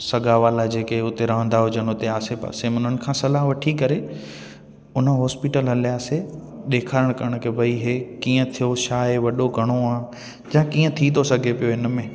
सॻा वारा जेके उते रहंदा हुजनि उते आसे पासे में उन्हनि खां सलाह वठी करे उन हॉस्पिटल हलियासि ॾेखारणु करणु की भई हीउ कीअं थियो छा आहे वॾो घणो आहे जा कीअं थी थो सघे पियो इन में